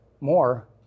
more